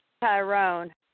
Tyrone